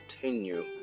continue